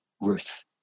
Ruth